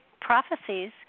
prophecies